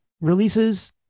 releases